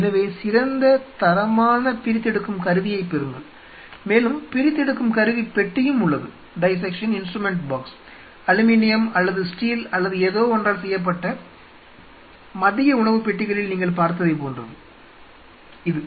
எனவே சிறந்த தரமான பிரித்தெடுக்கும் கருவியைப் பெறுங்கள் மேலும் பிரித்தெடுக்கும் கருவி பெட்டியும் உள்ளது அலுமினியம் அல்லது ஸ்டீல் அல்லது ஏதோவொன்றால் செய்யப்பட்ட மதிய உணவுப் பெட்டிகளில் நீங்கள் பார்த்ததைப் போன்றது இது